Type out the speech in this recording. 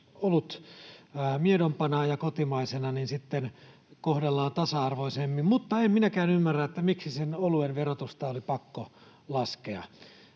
hyvä, että olutta miedompana ja kotimaisena sitten kohdellaan tasa-arvoisemmin. Mutta en minäkään ymmärrä, miksi sen oluen verotusta oli pakko laskea.